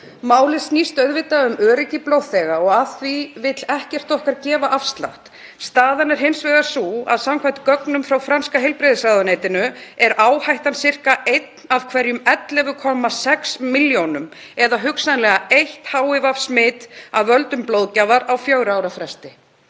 Málið snýst auðvitað um öryggi blóðþega og af því vill ekkert okkar gefa afslátt. Staðan er hins vegar sú að samkvæmt gögnum frá franska heilbrigðisráðuneytinu er áhættan sirka einn af hverjum 11,6 milljónum eða hugsanlega eitt HIV-smit af völdum blóðgjafar á fjögurra ára fresti.